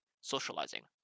socializing